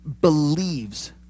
believes